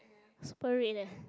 super red leh